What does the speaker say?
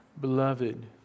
Beloved